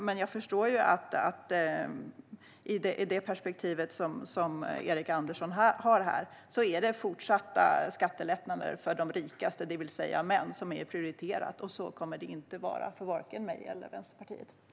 Men jag förstår att i det perspektiv som Erik Andersson har här är det fortsatta skattelättnader för de rikaste, det vill säga män, som är prioriterat. Så kommer det inte att vara för vare sig mig eller Vänsterpartiet.